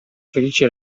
felice